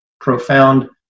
profound